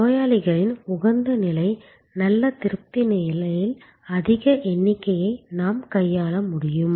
நோயாளிகளின் உகந்த நிலை நல்ல திருப்தி நிலையில் அதிக எண்ணிக்கையை நாம் கையாள முடியும்